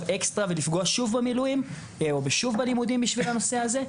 אקסטרה ולפגוע שוב במילואים או שוב בלימודים בשל הנושא הזה?